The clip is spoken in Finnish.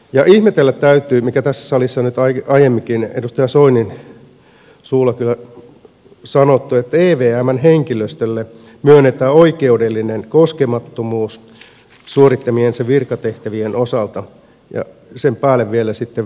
ja ihmetellä täytyy mikä tässä salissa nyt aiemminkin edustaja soinin suulla on kyllä sanottu että evmn henkilöstölle myönnetään oikeudellinen koskemattomuus suorittamiensa virkatehtävien osalta ja sen päälle vielä sitten verovapaus